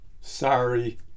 sorry